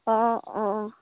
অঁ অঁ